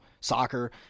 soccer